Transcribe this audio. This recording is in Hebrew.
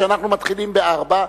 שאנחנו מתחילים ב-16:00,